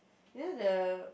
you know the